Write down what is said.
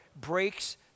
breaks